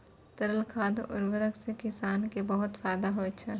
तरल खाद उर्वरक सें किसान क बहुत फैदा होय छै